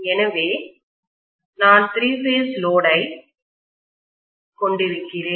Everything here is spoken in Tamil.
எனவே நான் திரி பேஸ் லோடை கொண்டிருக்கிறேன்